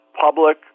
public